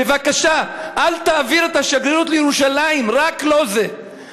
בבקשה, אל תעביר את השגרירות לירושלים, רק לא זה.